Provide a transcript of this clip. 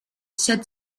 said